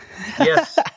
Yes